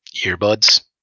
earbuds